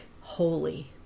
holy